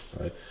right